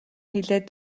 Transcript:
хэлээд